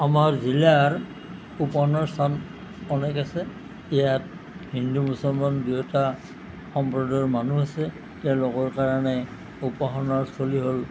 আমাৰ জিলাৰ উপসনা স্থান অনেক আছে ইয়াত হিন্দু মুছলমান দুয়োটা সম্প্ৰদায়ৰ মানুহ আছে তেওঁলোকৰ কাৰণে উপাসনাস্থলী হ'ল